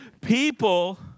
people